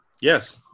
Yes